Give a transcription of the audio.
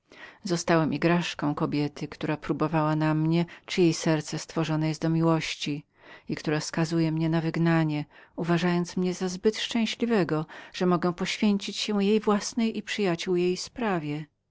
niczem zostałem igraszką kobiety która próbowała na mnie czy jej serce stworzonem jest do miłości i która nareszcie wskazuje mnie na wygnanie znajdując mnie zbyt szczęśliwym że mogę poświęcić się jej własnej i przyjacioł jej sprawie